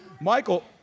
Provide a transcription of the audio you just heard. Michael